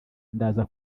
ndaza